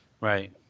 right